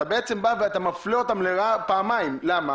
אתה בעצם בא ומפלה אותם לרעה פעמיים למה?